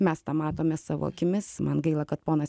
mes tą matome savo akimis man gaila kad ponas